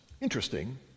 interesting